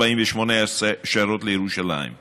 תרבות שמירה על החוק כמו שצריך.